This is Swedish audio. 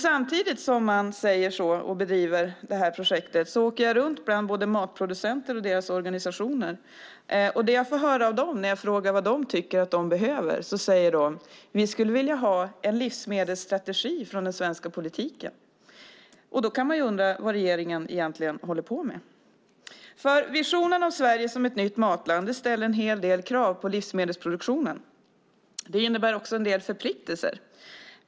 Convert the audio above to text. Samtidigt som man säger detta och bedriver detta projekt åker jag nämligen runt bland både matproducenter och deras organisationer, och det jag får höra av dem när jag frågar vad de tycker att de behöver är: Vi skulle vilja ha en livsmedelsstrategi från den svenska politiken. Då kan man ju undra vad regeringen egentligen håller på med. Visionen av Sverige som ett nytt matland ställer nämligen en hel del krav på livsmedelsproduktionen. Det innebär också en del förpliktelser.